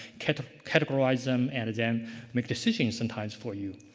kind of categorize them and then make decisions sometimes for you.